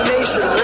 Nation